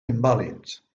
invàlids